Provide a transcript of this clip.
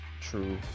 true